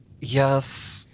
Yes